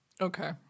Okay